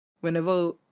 whenever